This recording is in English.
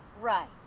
right